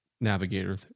Navigator